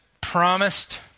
promised